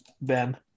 Ben